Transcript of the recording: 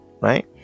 right